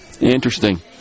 interesting